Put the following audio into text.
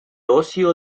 ocio